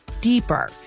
deeper